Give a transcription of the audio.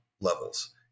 levels